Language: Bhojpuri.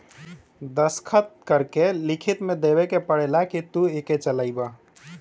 दस्खत करके लिखित मे देवे के पड़ेला कि तू इके चलइबा